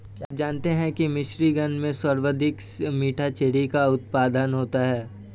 क्या आप जानते हैं कि मिशिगन में सर्वाधिक मीठी चेरी का उत्पादन होता है?